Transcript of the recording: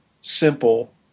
simple